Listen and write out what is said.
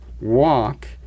walk